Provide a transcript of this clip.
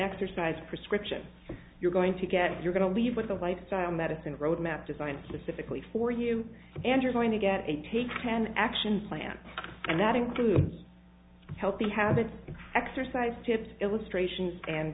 exercise prescription you're going to get you're going to leave with a lifestyle medicine roadmap designed specifically for you and you're going to get a take an action plan and that includes healthy habits and exercise tips illustrations and